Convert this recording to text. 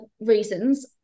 reasons